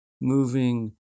moving